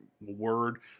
word